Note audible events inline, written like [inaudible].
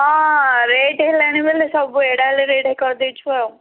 ହଁ ରେଟ୍ ହେଲାଣି ବୋଲି ସବୁ [unintelligible] ରେଟ୍ କରି ଦେଇଛୁ ଆଉ